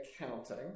accounting